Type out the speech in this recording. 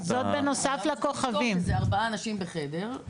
צריך לזכור שזה ארבעה אנשים בחדר,